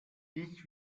ich